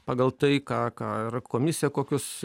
pagal tai ką ką ir komisija kokius